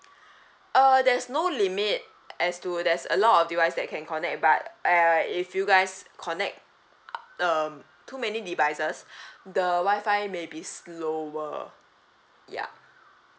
uh there's no limit as to there's a lot of device that can connect but err if you guys connect um too many devices the wifi may be slower ya